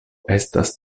estas